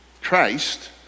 Christ